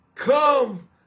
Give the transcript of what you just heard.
Come